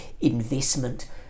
investment